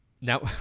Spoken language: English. now